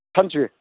ꯐꯟꯆꯨꯏ